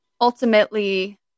ultimately